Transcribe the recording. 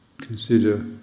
consider